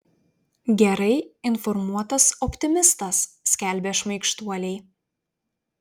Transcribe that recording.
gerai informuotas optimistas skelbia šmaikštuoliai